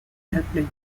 airplane